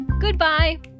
Goodbye